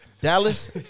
Dallas